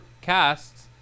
casts